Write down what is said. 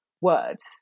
words